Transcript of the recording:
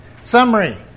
Summary